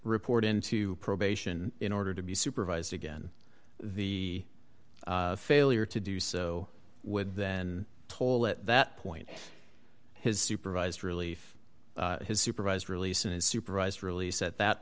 report into probation in order to be supervised again the failure to do so would then toll at that point his supervised relief his supervised release and supervised release at that